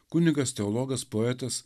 kunigas teologas poetas